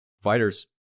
fighters